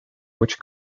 which